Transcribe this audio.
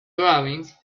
drawings